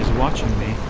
watching me.